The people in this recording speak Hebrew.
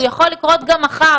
והוא יכול לקרות גם מחר,